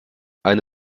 eine